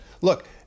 look